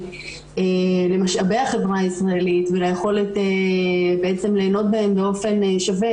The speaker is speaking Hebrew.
למשאבי החברה הישראלית וליכולת ליהנות מהם באופן שווה,